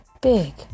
big